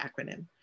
acronym